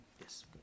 yes